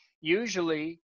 usually